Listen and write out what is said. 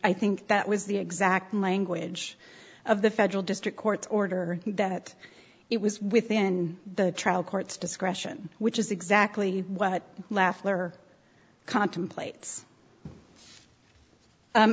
i think that was the exact language of the federal district court order that it was within the trial court's discretion which is exactly what leffler contemplate